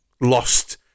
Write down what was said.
lost